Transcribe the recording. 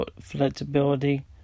flexibility